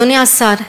אדוני השר,